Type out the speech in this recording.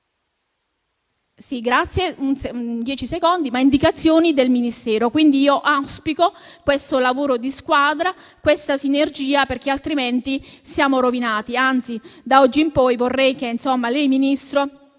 può agire, ma segue le indicazioni del Ministero. Quindi, auspico questo lavoro di squadra e questa sinergia, perché altrimenti siamo rovinati. Anzi, da oggi in poi vorrei che lei, Ministro,